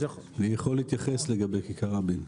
אני יכול להתייחס לגבי כיכר רבין.